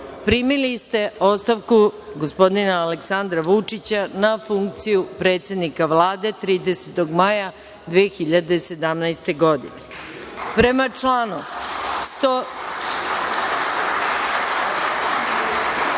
ste ostavku gospodina Aleksandra Vučića na funkciju predsednika Vlade 30. maja 2017. godine.(Poslanici